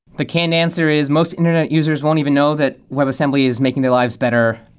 the canned answer is most internet users won't even know that webassembly is making their lives better.